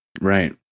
Right